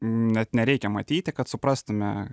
net nereikia matyti kad suprastume